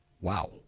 Wow